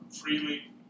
freely